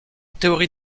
théorie